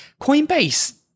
Coinbase